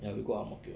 ya we go ang mo kio